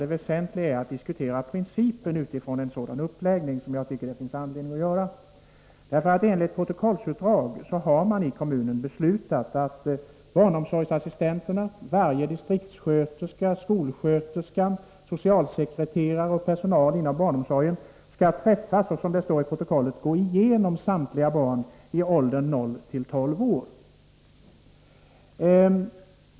Det väsentliga är principen bakom uppläggningen av en sådan kartläggning, vilket jag tycker det finns anledning att diskutera. Enligt protokollsutdrag har man i kommunen beslutat att barnomsorgsassistenterna, samtliga distriktssköterskor, skolsköterskor och socialsekreterare samt personal inom barnomsorgen skall träffas och gå igenom uppgifter om samtliga barn i åldern 0-12 år.